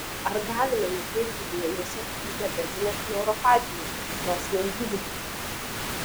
ar galime nekreipti dėmesio į diabetinę neuropatiją jos negydyti